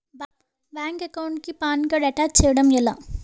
Bank account కి PAN card attach చేయడం ఎలా?